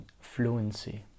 fluency